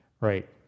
right